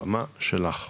הבמה שלך.